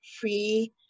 free